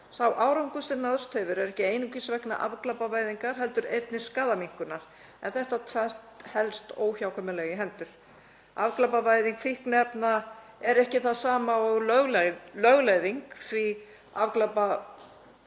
Sá árangur sem náðst hefur er ekki einungis vegna afglæpavæðingar heldur einnig skaðaminnkunar en þetta tvennt helst óhjákvæmilega í hendur. Afglæpavæðing fíkniefna er ekki það sama og lögleiðing því að afglæpavæðing